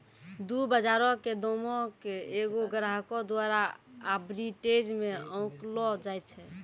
दु बजारो के दामो के एगो ग्राहको द्वारा आर्बिट्रेज मे आंकलो जाय छै